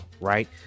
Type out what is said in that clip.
right